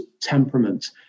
temperament